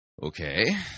Okay